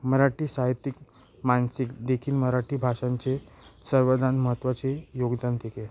मराठी साहित्यिक मानसिक देखील मराठी भाषांचे सर्वदान महत्त्वाचे योगदान तितके